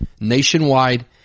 nationwide